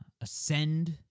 ascend